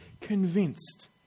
convinced